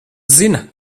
zina